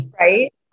Right